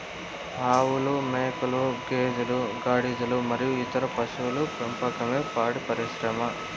ఆవులు, మేకలు, గేదెలు, గాడిదలు మరియు ఇతర పశువుల పెంపకమే పాడి పరిశ్రమ